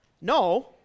No